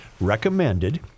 recommended